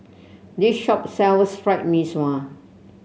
this shop sells Fried Mee Sua